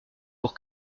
pour